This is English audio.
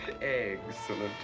Excellent